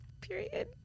Period